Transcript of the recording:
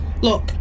Look